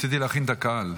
רציתי להכין את הקהל,